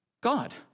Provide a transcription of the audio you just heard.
God